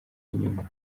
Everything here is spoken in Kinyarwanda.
inyuma